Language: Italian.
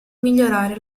migliorare